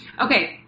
Okay